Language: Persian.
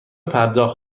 پرداخت